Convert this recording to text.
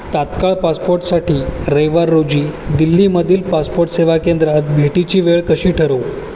तात्काळ पासपोटसाठी रविवार रोजी दिल्लीमधील पासपोट सेवा केंद्रात भेटीची वेळ कशी ठरवू